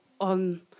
on